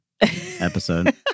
episode